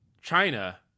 China